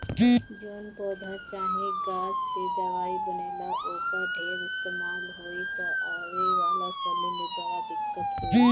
जवना पौधा चाहे गाछ से दवाई बनेला, ओकर ढेर इस्तेमाल होई त आवे वाला समय में बड़ा दिक्कत होई